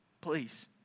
Please